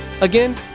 Again